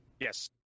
Yes